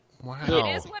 Wow